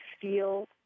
feel